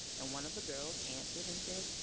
and one of the girls answered and said,